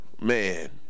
man